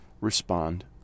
respond